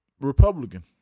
Republican